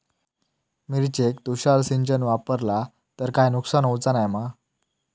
मिरचेक तुषार सिंचन वापरला तर काय नुकसान होऊचा नाय मा?